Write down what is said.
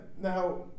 Now